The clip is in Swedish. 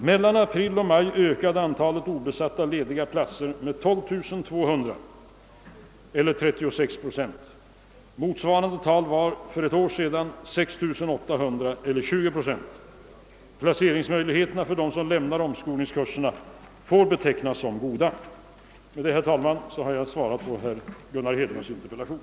Mellan april och maj ökade antalet obesatta lediga platser med 12 200, 36 procent. Motsvarande tal för 1967 var 6 800 och 20 procent. Placeringsmöjligheterna för dem som lämnar omskolningskurser får betecknas som goda. Därmed, herr talman, har jag besvarat herr Hedlunds interpellation.